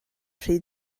rhy